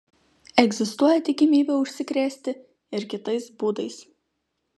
egzistuoja tikimybė užsikrėsti ir kitais būdais